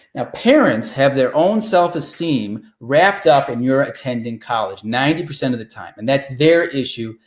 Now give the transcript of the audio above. ah parents have their own self-esteem wrapped up in your attending college ninety percent of the time and that's their issue,